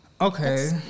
Okay